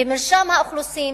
במרשם האוכלוסין